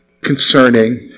concerning